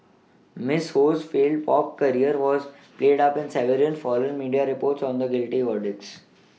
Miss Ho's failed pop career was played up in several foreign media reports on the guilty verdicts